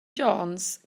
jones